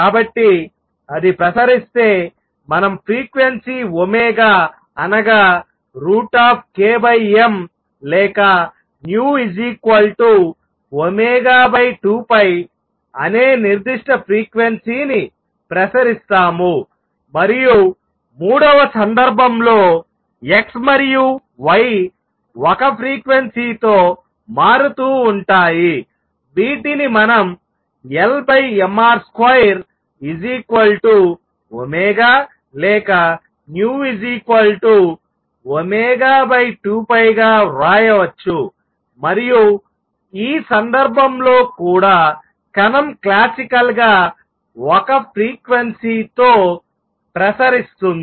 కాబట్టి అది ప్రసరిస్తే మనం ఫ్రీక్వెన్సీ అనగా √ లేక ν2π అనే నిర్దిష్ట ఫ్రీక్వెన్సీ ని ప్రసరిస్తాము మరియు మూడవ సందర్భంలో x మరియు y ఒక ఫ్రీక్వెన్సీ తో మారుతూ ఉంటాయి వీటిని మనం LmR2 లేక ν2π గా వ్రాయవచ్చు మరియు ఈ సందర్భంలో కూడా కణం క్లాసికల్ గా ఒక ఫ్రీక్వెన్సీ తో ప్రసరిస్తుంది